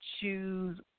choose